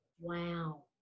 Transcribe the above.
Wow